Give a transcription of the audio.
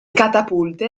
catapulte